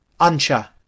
Ancha